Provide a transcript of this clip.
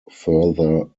further